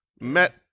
met